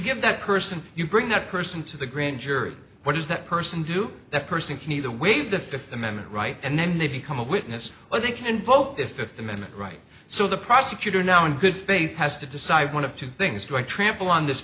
give that person you bring that person to the grand jury what does that person do that person can either waive the fifth amendment right and then they become a witness or they can invoke the fifth amendment right so the prosecutor now in good faith has to decide one of two things do i trample on this